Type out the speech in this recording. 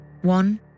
one